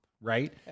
Right